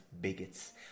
bigots